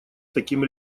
таким